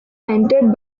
mentored